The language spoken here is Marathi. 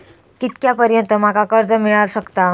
कितक्या पर्यंत माका कर्ज मिला शकता?